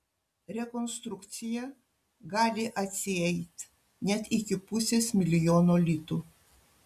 rekonstrukcija gali atsieit net iki pusės milijono litų